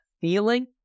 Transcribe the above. feeling